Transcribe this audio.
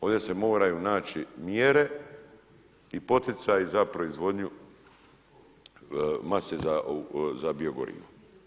Ovdje se moraju naći mjere i poticaji za proizvodnju mase za biogorivo.